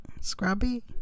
Scrubby